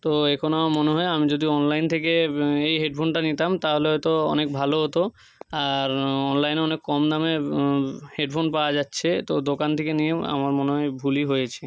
তো এখন আমার মনে হয় আমি যদি অনলাইন থেকে এই হেডফোনটা নিতাম তাহলে হয়তো অনেক ভালো হতো আর অনলাইনে অনেক কম দামে হেডফোন পাওয়া যাচ্ছে তো দোকান থেকে নিয়ে আমার মনে হয় ভুলই হয়েছে